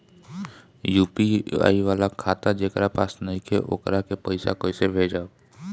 UPI वाला खाता जेकरा पास नईखे वोकरा के पईसा कैसे भेजब?